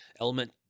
element